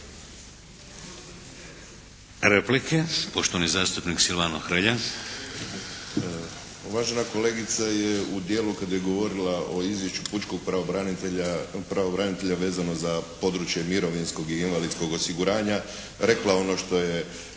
Replike. Poštovani zastupnik Silvano Hrelja.